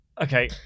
okay